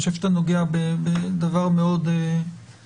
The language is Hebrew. אני חושב שאתה נוגע בדבר מאוד חשוב.